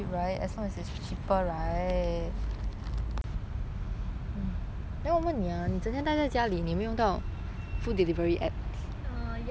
ya of course 会用到 lah you know now this kind of